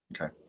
Okay